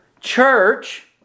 church